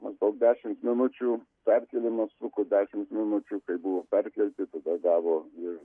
maždaug dešimt minučių perkėlimas truko dešimt minučių kai buvo perkelti tada gavo ir